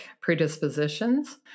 predispositions